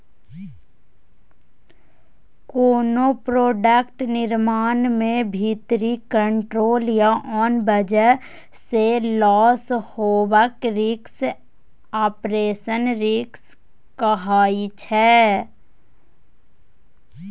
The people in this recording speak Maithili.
कोनो प्रोडक्ट निर्माण मे भीतरी कंट्रोल या आन बजह सँ लौस हेबाक रिस्क आपरेशनल रिस्क कहाइ छै